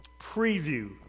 preview